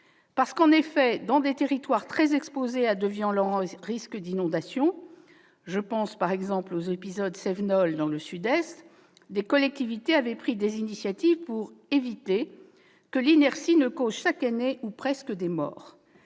ne s'était fait. Dans des territoires très exposés à de violents risques d'inondations- je pense, par exemple, aux épisodes cévenols dans le Sud-Est -, des collectivités avaient pris des initiatives pour éviter que l'inertie ne cause, chaque année ou presque, des morts.